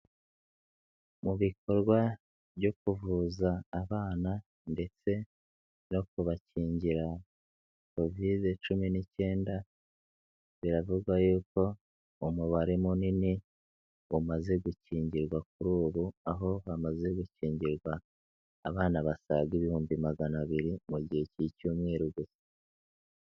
Mu bikorwa byo kuvuza abana ndetse no kubakingira Kovide cumi n'icyenda biravugwa yuko umubare munini umaze gukingirwa kuri ubu aho hamaze gukingirwa abana basaga ibihumbi magana abiri mu gihe k'icyumweru gusa.